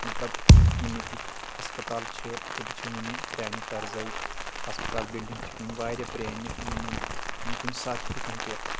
مطلب یِم ییٚتِکۍ ہسپتال چھ تم چھ وُنہِ پرٛانہِ طرزے ہسپتال بِلڈِنگ چھ وُنہِ واریاہ پرٛانہِ یِمن یِم کُنہِ ساتہٕ تہِ ہیٚکَن پٮ۪تھ